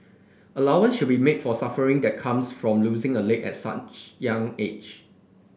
allowance should be made for suffering that comes from losing a leg at such young age